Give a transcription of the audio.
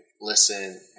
listen